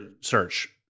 search